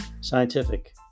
Scientific